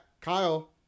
Kyle